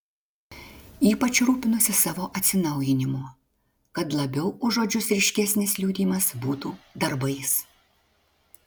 ypač rūpinosi savo atsinaujinimu kad labiau už žodžius ryškesnis liudijimas būtų darbais